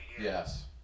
yes